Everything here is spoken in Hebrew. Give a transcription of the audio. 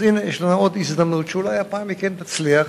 אז הנה, יש עוד הזדמנות, שאולי הפעם היא כן תצליח.